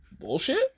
bullshit